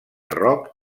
rock